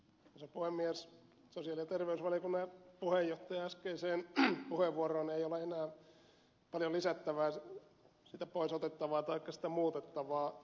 ei ole sosiaali ja terveysvaliokunnan puheenjohtajan äskeiseen puheenvuoroon enää paljon lisättävää siitä pois otettavaa taikka siinä muutettavaa